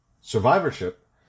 survivorship